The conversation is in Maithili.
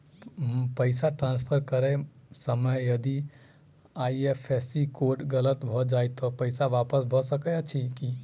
पैसा ट्रान्सफर करैत समय यदि आई.एफ.एस.सी कोड गलत भऽ जाय तऽ पैसा वापस भऽ सकैत अछि की?